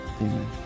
Amen